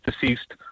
deceased